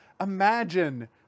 Imagine